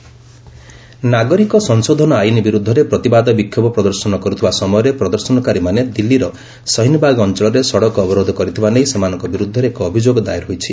complaint ସହୀନ୍ବାଗ ନାଗରିକ ସଂଶୋଧନ ଆଇନ ବିରୁଦ୍ଧରେ ପ୍ରତିବାଦ ବିକ୍ଷୋଭ ପ୍ରଦର୍ଶନ କରୁଥିବା ସମୟରେ ପ୍ରଦର୍ଶନକାରୀମାନେ ଦିଲ୍ଲୀର ଶହୀନବାଗ ଅଞ୍ଚଳରେ ସଡ଼କ ଅବରୋଧ କରିଥିବା ନେଇ ସେମାନଙ୍କ ବିରୁଦ୍ଧରେ ଏକ ଅଭିଯୋଗ ଦାଏର ହୋଇଛି